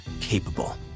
capable